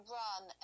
run